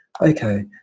Okay